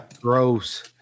gross